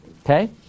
Okay